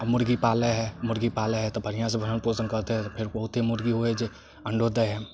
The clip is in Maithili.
आ मुर्गी पालै हइ मुर्गी पालै हइ तऽ बढ़िऑं से भरण पोषण करतै फेर बहुते मुर्गी होइ हइ जे अण्डो दै हइ